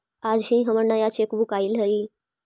आज ही हमर नया चेकबुक आइल हई